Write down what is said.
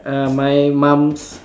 uh my mom's